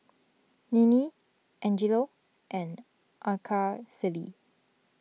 Ninnie Angelo and Araceli